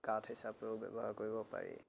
কাঠ হিচাপেও ব্য়ৱহাৰ কৰিব পাৰি